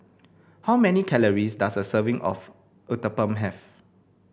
how many calories does a serving of Uthapam have